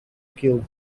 cube